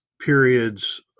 periods